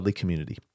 community